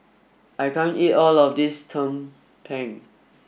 I can't eat all of this Tumpeng